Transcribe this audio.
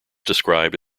described